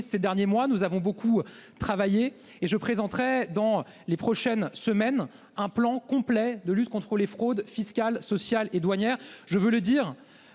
ces derniers mois. Nous avons beaucoup travaillé, et je présenterai dans les prochaines semaines un plan complet de lutte contre la fraude fiscale, sociale et douanière. Je précise que